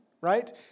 right